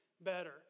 better